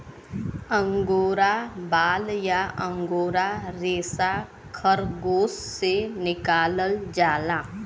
angora बाल या angora रेसा खरगोस से निकालल जाला